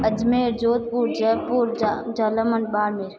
अजमेर जोधपुर जयपुर जा झालामन बाड़मेर